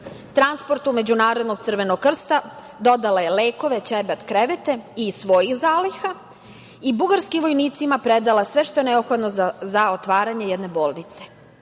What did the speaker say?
teritorije. Transportu Međunarodnog Crvenog Krsta dodala je lekove, ćebad, krevete i iz svojih zaliha i bugarskim vojnicima predala sve što je neophodno za otvaranje jedne bolnice.